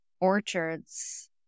orchards